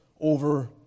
over